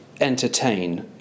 entertain